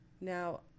now